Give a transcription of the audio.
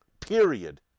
period